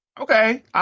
Okay